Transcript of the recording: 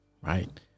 right